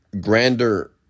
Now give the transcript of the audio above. grander